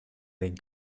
den